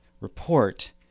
report